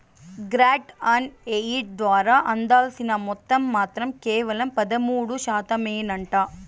grant on aid ద్వారా అందాల్సిన మొత్తం మాత్రం కేవలం పదమూడు శాతమేనంట